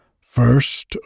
first